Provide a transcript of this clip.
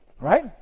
Right